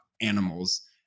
animals